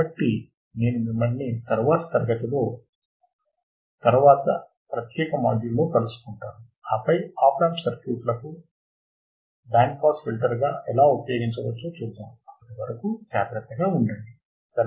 కాబట్టి నేను మిమ్మల్ని తరువాతి తరగతిలో తరువాతి ప్రత్యేక మాడ్యూల్లో కలుసుకుంటాను ఆపై ఆప్ యాంప్ సర్క్యూట్లను బ్యాండ్ పాస్ ఫిల్టర్గా ఎలా ఉపయోగించవచ్చో చూద్దాం అప్పటి వరకు జాగ్రతగా ఉండండి శెలవు